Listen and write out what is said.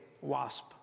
wasp